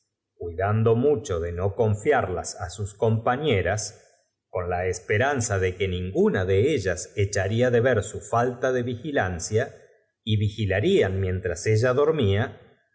la mucho de no confiarlas á sus compañefamil ia dé ilustre gato morroncho era la ras con la esperanza de que ninguna de ellas echarla de ver su falta de vigilancia y vigilarían mientras ella dormía